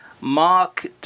Mark